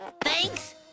Thanks